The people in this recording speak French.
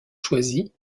choisie